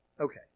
Okay